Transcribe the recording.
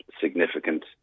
significant